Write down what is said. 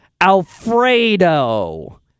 Alfredo